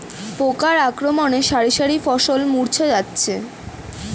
পোকার আক্রমণে শারি শারি ফসল মূর্ছা যাচ্ছে